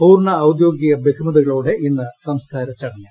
പൂർണ ഔദ്യോഗിക ബഹുമതികളോടെ ഇന്ന് സംസ്കാര ചടങ്ങ്